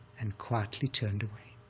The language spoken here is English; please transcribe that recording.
and quietly turned away.